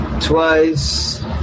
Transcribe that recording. twice